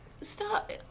stop